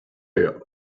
hear